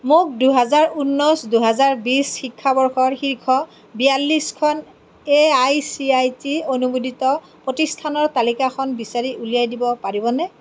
মোক দুহাজাৰ ঊনৈছ দুহাজাৰ বিছ শিক্ষাবৰ্ষৰ শীৰ্ষ বিয়াল্লিছখন A I C I T অনুমোদিত প্ৰতিষ্ঠানৰ তালিকাখন বিচাৰি উলিয়াই দিব পাৰিবনে